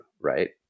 right